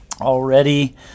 Already